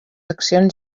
accions